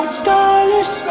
stylish